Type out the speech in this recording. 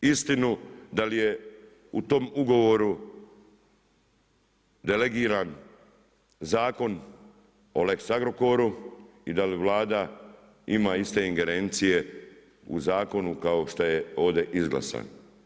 Istinu da li je u tom ugovoru delegiran zakon o Lex Agrokoru i da li Vlada ima iste ingerencije u zakonu kao što je ovdje izglasan.